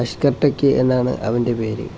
Ashkar techie എന്നാണ് അവൻ്റെ പേര്